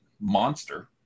monster